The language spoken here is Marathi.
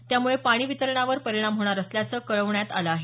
त्यामुळे पाणी वितरणावर परिणाम होणार असल्याचं कळवण्यात आलं आहे